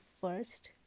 first